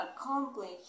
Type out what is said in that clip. accomplish